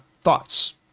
thoughts